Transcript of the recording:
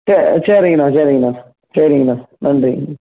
சே சரிங்கண்ணா சரிங்கண்ணா சரிங்கண்ணா நன்றிங்க